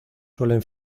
suelen